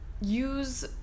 use